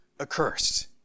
accursed